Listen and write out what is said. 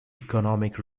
economic